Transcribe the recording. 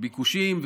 הביקושים,